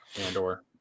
Andor